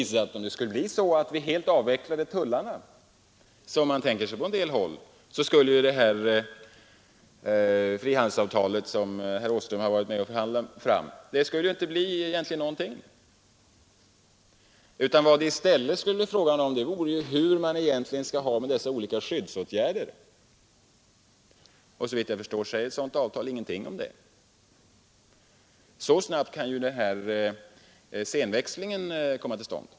Skulle vi helt avveckla tullarna som man tänkt sig på en del håll, då skulle det frihandelsavtal som herr Åström varit med om att förhandla fram inte leda till någonting. Det skulle i stället bli en annan avgörande fråga och det är om hur man skall ha det med dessa nya olika skyddsåtgärder. Vårt EG-avtal säger ingenting om det. Så snabbt kan en viktig scenväxling komma till stånd.